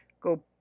go